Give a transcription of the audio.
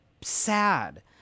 sad